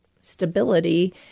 stability